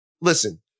listen